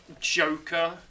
Joker